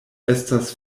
estas